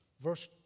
verse